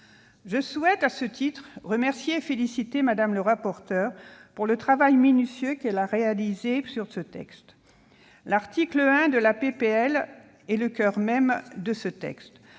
Je souhaite, à ce titre, remercier et féliciter Mme le rapporteur du travail minutieux qu'elle a réalisé sur ce texte. L'article 1 de la proposition de loi est le coeur de ce texte.